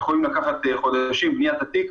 יכולים לקחת חודשים לבניית התיק.